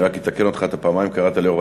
אני רק אתקן אותך: אתה פעמיים קראת ליו"ר